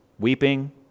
Weeping